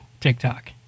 TikTok